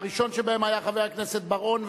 והראשון שבהם היה חבר הכנסת בר-און,